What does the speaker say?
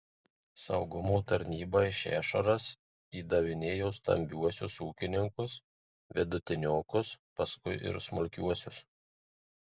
saugumo tarnybai šešuras įdavinėjo stambiuosius ūkininkus vidutiniokus paskui ir smulkiuosius